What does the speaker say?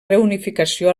reunificació